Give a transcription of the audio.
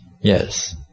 Yes